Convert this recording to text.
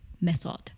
method